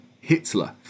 Hitler